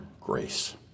grace